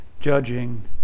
judging